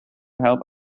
help